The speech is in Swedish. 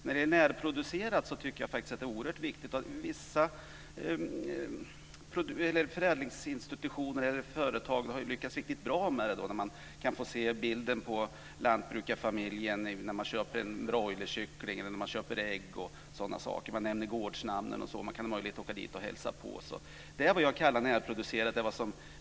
När det gäller närproducerat har vissa förädlingsinstitutioner och företag lyckats riktigt bra med detta, när man kan få se bilder på lantbrukarfamiljer när man köper en broilerkyckling eller ägg m.m. Gårdsnamnen nämns, och man har möjlighet att åka dit och hälsa på. Det är vad jag kallar närproducerat.